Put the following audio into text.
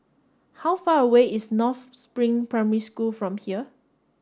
how far away is North Spring Primary School from here